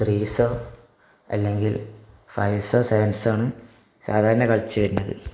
ത്രീസോ അല്ലെങ്കിൽ ഫൈവ്സോ സെവൻസോ ആണ് സാധാരണ കളിച്ചുവരുന്നത്